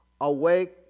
Awake